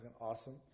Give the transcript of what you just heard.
awesome